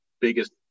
biggest